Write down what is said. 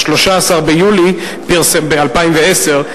ב-13 ביולי 2010,